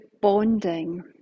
bonding